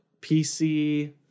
PC